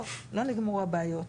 לא, לא נגמרו הבעיות.